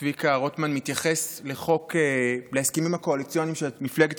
שמחה רוטמן מתייחס להסכמים הקואליציוניים שמפלגת